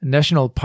National